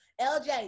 LJ